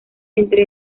entre